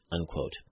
Unquote